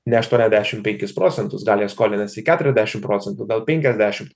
ne aštuoniasdešimt penkis procentus gal jie skolinasi keturiasdešimt procentų gal penkiasdešimt